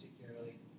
particularly